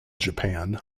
japan